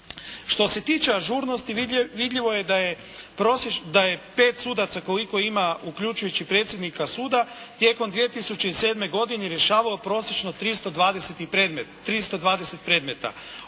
Što se tiče ažurnosti vidljivo je da je 5 sudaca koliko ima uključujući predsjednika suda tijekom 2007. godine rješavalo prosječno 320 predmeta.